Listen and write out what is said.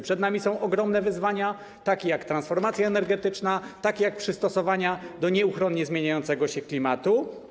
Przed nami są ogromne wyzwania, takie jak transformacja energetyczna, takie jak przystosowanie się do nieuchronnie zmieniającego się klimatu.